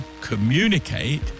communicate